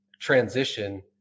transition